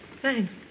Thanks